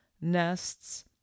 nests